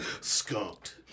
Skunked